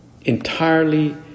entirely